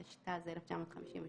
התשט"ז-1956,